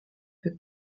peu